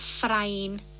frying